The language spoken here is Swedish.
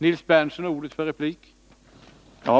Herr talman!